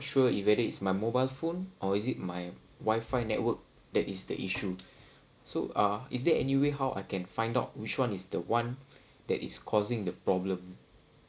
sure if whether it's my mobile phone or is it my wifi network that is the issue so uh is there any way how I can find out which one is the one that is causing the problem